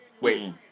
Wait